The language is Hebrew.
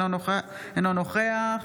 אינו נוכח